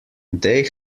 they